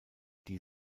die